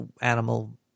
animal